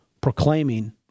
proclaiming